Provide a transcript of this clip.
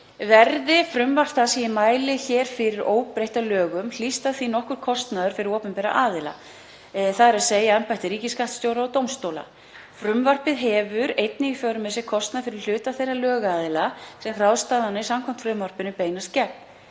Verði frumvarp það sem ég mæli hér fyrir óbreytt að lögum hlýst af því nokkur kostnaður fyrir opinbera aðila, þ.e. embætti ríkisskattstjóra og dómstóla. Frumvarpið hefur einnig í för með sér kostnað fyrir hluta þeirra lögaðila sem ráðstafanir samkvæmt frumvarpinu beinast gegn.